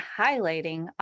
highlighting